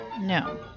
No